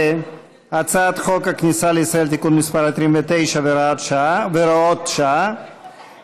הצעת חוק הכניסה לישראל (תיקון מס' 29 והוראות שעה),